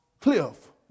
Cliff